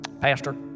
Pastor